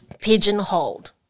pigeonholed